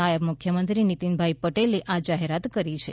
નાયબ મુખ્યમંત્રી નિતિનભાઈ પટેલે આ જાહેરાત કરી છે